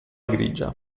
grigia